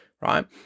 right